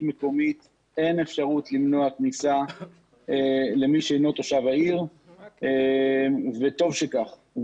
מקומית אין אפשרות למנוע כניסה למי שאינו תושב העיר וטוב שכך.